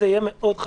זה יהיה מאוד חשוב.